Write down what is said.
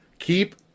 keep